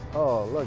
oh look.